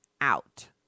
out